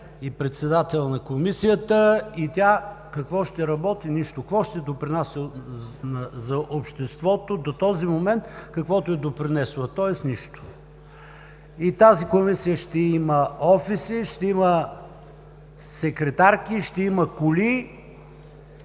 и председател на Комисията и тя какво ще работи? Нищо! Какво ще допринася за обществото до този момент? Каквото е допринесла, тоест – нищо. Тази Комисия ще има офиси, ще има секретарки, ще има коли